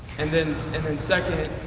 and then and then second,